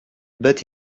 but